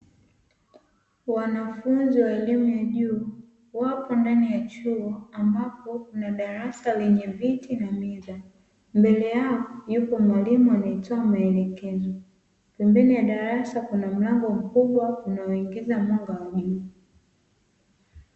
Wanafunzi wa elimu ya juu, wapo ndani ya chuo ambapo kuna darasa lenye viti na meza. Mbele yao yupo mwalimu anaetoa maelekezo, pembeni ya darasa kuna mlango mkubwa unaoingiza mwanga wa juu.